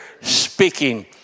speaking